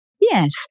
Yes